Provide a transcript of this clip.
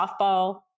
softball